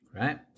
right